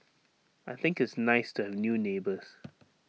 I think it's nice to have new neighbours